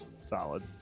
solid